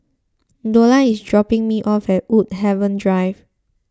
Dola is dropping me off at Woodhaven Drive